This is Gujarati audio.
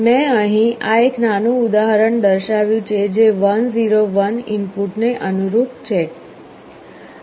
મેં અહીં આ એક નાનું ઉદાહરણ દર્શાવ્યું છે જે 1 0 1 ઇનપુટ ને અનુરૂપ છે